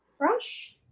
brush.